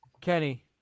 Kenny